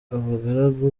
abagaragu